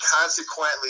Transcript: consequently